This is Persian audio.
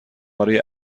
برای